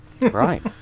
right